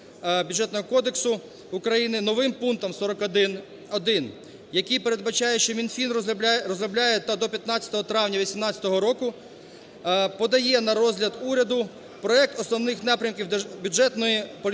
Бюджетного кодексу України новим пунктом 41.1, який передбачає що Мінфін розробляє та до 15 травня 18-го року подає на розгляд уряду проект Основних напрямків бюджетної політики